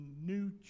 new